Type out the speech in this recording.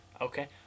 Okay